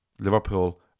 Liverpool